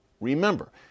Remember